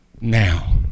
now